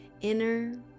inner